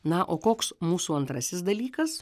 na o koks mūsų antrasis dalykas